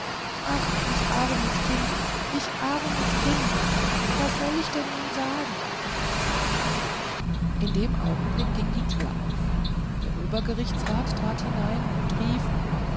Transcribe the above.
ach ich armes kind ich armes kind was soll ich denn nun sagen in dem augenblick ging die tür auf der obergerichtsrat trat hinein und rief